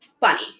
funny